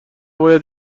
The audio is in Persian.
باید